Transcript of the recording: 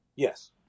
Yes